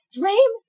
dream